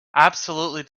absolutely